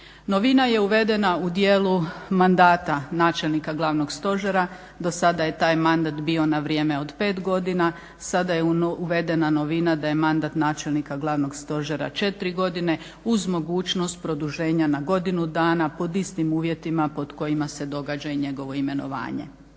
Novina je uvedena u dijelu mandata načelnika Glavnog stožera. Dosada je taj mandat bio na vrijeme od pet godina sada je uvedena novina da je mandat načelnika Glavnog stožera četiri godine uz mogućnost produženja na godinu dana pod istim uvjetima pod kojima se događa i njegovo imenovanje.